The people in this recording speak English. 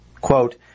quote